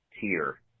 tier